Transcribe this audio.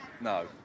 No